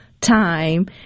time